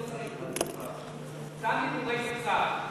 שלושה מתנגדים, אחד נמנע.